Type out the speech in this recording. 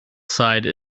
side